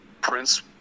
Prince